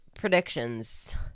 predictions